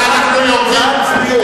מופקרים.